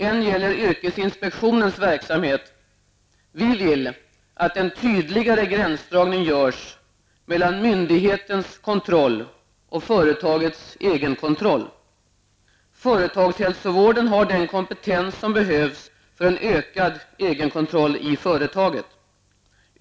En gäller yrkesinspektionens verksamhet. Vi vill att en tydligare gränsdragning görs mellan myndighetens kontroll och företagets egen kontroll. Företagshälsovården har den kompetens som behövs för en ökad egenkontroll i företaget.